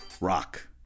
Rock